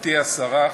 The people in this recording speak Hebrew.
גברתי השרה,